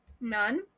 none